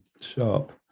sharp